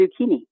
zucchini